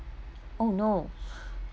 oh no